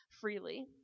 freely